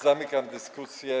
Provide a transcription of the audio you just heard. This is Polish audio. Zamykam dyskusję.